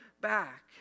back